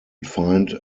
find